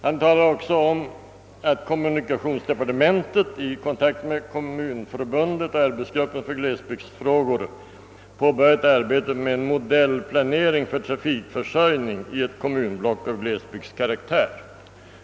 Han talar också om att kommunikationsdepartementet i kontakt med Kommunförbundet och arbetsgruppen för glesbygdsfrågor »påbörjat arbetet med en modellplanering för trafikförsörjning i ett kommunblock av glesbygdskaraktär».